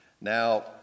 Now